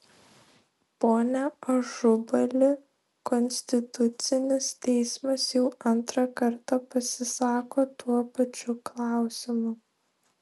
pone ažubali konstitucinis teismas jau antrą kartą pasisako tuo pačiu klausimu